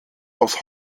aus